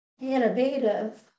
innovative